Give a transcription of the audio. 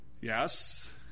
Yes